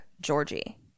Georgie